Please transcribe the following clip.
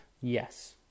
Yes